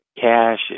cash